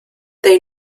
they